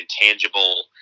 intangible